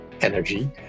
energy